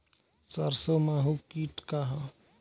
सरसो माहु किट का ह?